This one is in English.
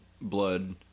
Blood